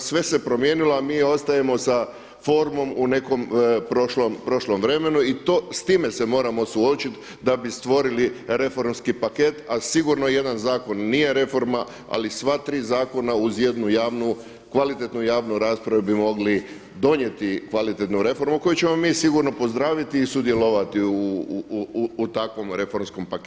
Sve se promijenilo, a mi ostajemo sa formom u nekom prošlom vremenu i s time se moramo suočiti da bi stvorili reformski paket, a sigurno jedan zakon nije reforma, ali sva tri zakona uz jednu javnu kvalitetnu javnu raspravu bi mogli donijeti kvalitetnu reformu koju ćemo mi sigurno pozdraviti i sudjelovati u takvom reformskom paketu.